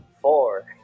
Four